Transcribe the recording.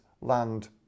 land